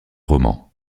romans